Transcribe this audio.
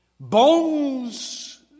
Bones